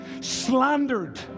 slandered